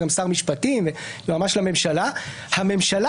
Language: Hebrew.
שהיה גם שר משפטים ויועץ משפטי לממשלה: "הממשלה